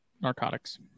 narcotics